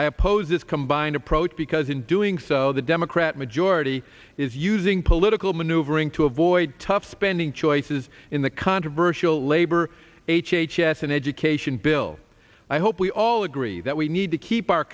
i oppose this combined approach because in doing so the democrat majority is using political maneuvering to avoid tough spending choices in the controversial labor h h s an education bill i hope we all agree that we need to keep our